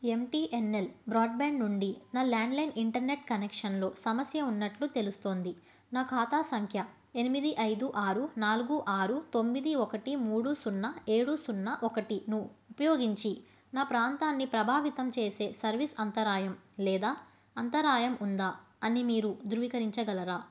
ఎమ్ T N L broadband నుండి నా landline internet కనెక్షన్లో సమస్య ఉన్నట్లు తెలుస్తోంది నా ఖాతా సంఖ్య ఎనిమిది ఐదు ఆరు నాలుగు ఆరు తొమ్మిది ఒకటి మూడు సున్నా ఏడు సున్నా ఒకటిను ఉపయోగించి నా ప్రాంతాన్ని ప్రభావితం చేసే సర్వీస్ అంతరాయం లేదా అంతరాయం ఉందా అని మీరు ధృవీకరించగలరా